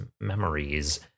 memories